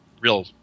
Real